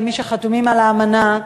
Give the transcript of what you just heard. כמי שחתומים על האמנה,